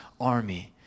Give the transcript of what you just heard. army